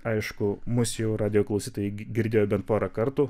aišku mus jau radijo klausytojai girdėjo bent porą kartų